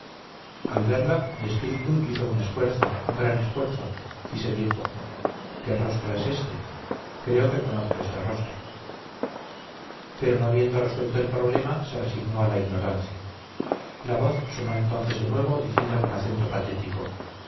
al verla mi espíritu hizo un esfuerzo un gran esfuerzo y se dijo qué rostro es este creo que conozco este rostro pero no habiendo resuelto el problema se resignó a la ignorancia la voz sonó entonces de nuevo diciendo con acento patético